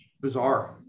bizarre